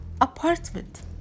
apartment